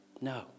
No